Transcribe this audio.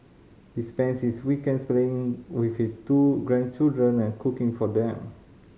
he spends his weekends playing with his two grandchildren and cooking for them